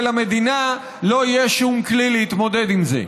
ולמדינה לא יהיה שום כלי להתמודד עם זה.